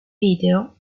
video